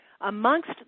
amongst